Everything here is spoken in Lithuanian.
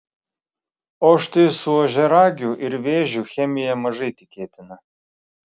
o štai su ožiaragiu ir vėžiu chemija mažai tikėtina